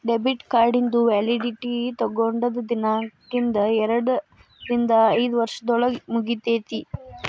debit ಕಾರ್ಡಿಂದು validity ತೊಗೊಂಡದ್ ದಿನಾಂಕ್ದಿಂದ ಎರಡರಿಂದ ಐದ್ ವರ್ಷದೊಳಗ ಮುಗಿತೈತಿ